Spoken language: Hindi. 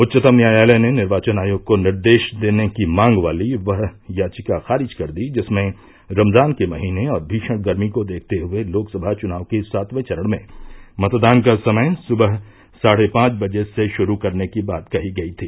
उच्चतम न्यायालय ने निर्वाचन आयोग को निर्देश देने की मांग वाली वह याचिका खारिज कर दी जिसमें रमजान के महीने और भीषण गर्मी को देखते हुए लोकसभा चुनाव के सातवें चरण में मतदान का समय सुबह साढ़े पांच बजे से शुरू करने की बात कही गई थी